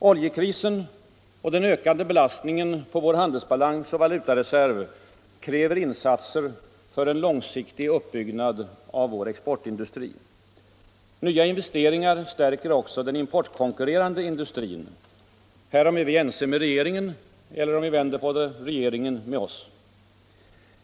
Oljekrisen och den ökande belastningen på vår handelsbalans och valutareserv kräver insatser för en långsiktig uppbyggnad av vår exportindustri. Nya investeringar stärker också den importkonkurrerande industrin. Härom är vi ense med regeringen eller, om vi vänder på det, regeringen med oss.